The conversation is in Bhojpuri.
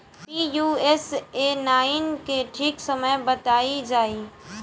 पी.यू.एस.ए नाइन के ठीक समय बताई जाई?